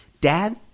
Dad